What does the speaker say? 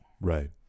right